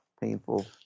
painful